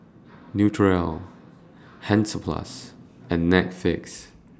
Naturel Hansaplast and Netflix